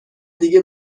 دیگه